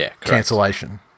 cancellation